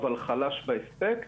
אך חלש בהספק,